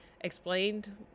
explained